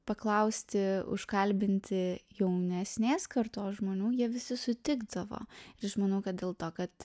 paklausti užkalbinti jaunesnės kartos žmonių jie visi sutikdavo ir aš manau kad dėl to kad